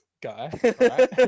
guy